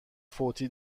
فوتی